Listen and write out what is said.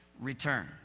return